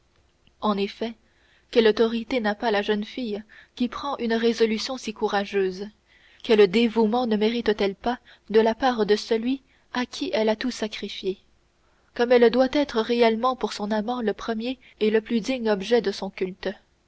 en effet quelle autorité n'a pas la jeune fille qui prend une résolution si courageuse quel dévouement ne mérite-t-elle pas de la part de celui à qui elle a tout sacrifié comme elle doit être réellement pour son amant le premier et le plus digne objet de son culte